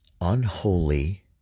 unholy